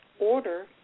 order